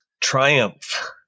triumph